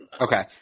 Okay